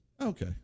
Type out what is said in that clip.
Okay